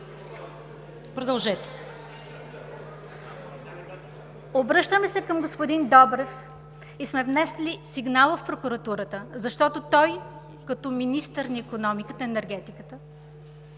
ЙОНЧЕВА: Обръщаме се към господин Добрев и сме внесли сигнала в Прокуратурата, защото като министър на икономиката и енергетиката